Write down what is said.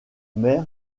mer